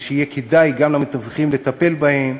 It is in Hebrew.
כדי שיהיה כדאי למתווכים לטפל גם בהן.